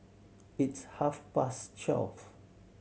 its half past twelve